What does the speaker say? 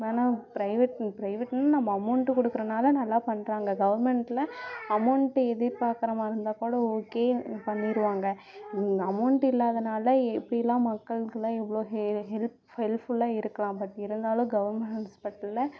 வேணா ப்ரைவேட்டுன்னு ப்ரைவேட்டுன்னு நம்ம அமவுண்ட்டு குடுக்குறதுனால நல்லா பண்ணுறாங்க கவர்மெண்ட்ல அமவுண்ட்டு எதிர் பாக்கிற மாதிரி இருந்தால் கூட ஓகே பண்ணிடுவாங்க இங்கே அமவுண்ட்டு இல்லாததனால எப்படிலாம் மக்களுக்கெல்லாம் எவ்வளோ ஹெல்ப் ஹெல்ப்ஃபுல்லாக இருக்கலாம் பட் இருந்தாலும் கவர்மெண்ட் ஹாஸ்ப்பிட்டலில்